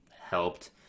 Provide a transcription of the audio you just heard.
helped